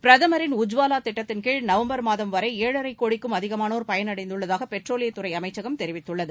பிரதமரின் உஜ்வாலா திட்டத்தின் கீழ் நவம்பர் மாதம் வரை ஏழரைக் கோடிக்கும் அதிகமானோர் பயனடைந்துள்ளதாக பெட்ரோலியத் துறை அமைச்சகம் தெரிவித்துள்ளது